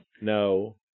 no